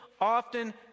often